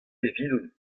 evidon